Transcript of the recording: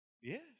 Yes